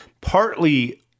partly